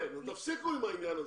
תפסיקו עם העניין הזה.